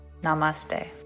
Namaste